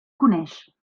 coneix